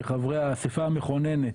כחברי האספה המכוננת,